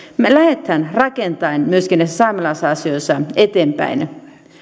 me lähdemme rakentaen myöskin näissä saamelaisasioissa eteenpäin